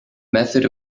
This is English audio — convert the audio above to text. method